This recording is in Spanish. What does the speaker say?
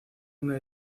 una